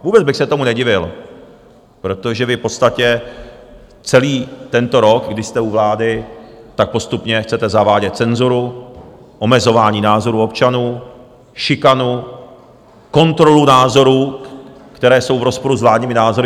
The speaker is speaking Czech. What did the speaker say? Vůbec bych se tomu nedivil, protože vy v podstatě celý tento rok, kdy jste u vlády, tak postupně chcete zavádět cenzuru, omezování názorů občanů, šikanu, kontrolu názorů, které jsou v rozporu s vládními názory.